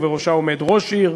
ובראשה עומד ראש עיר,